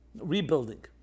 Rebuilding